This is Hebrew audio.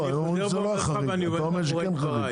הם אומרים שזה לא היה חריג, אתה אומר שזה כן חריג.